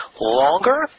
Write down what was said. longer